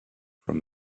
from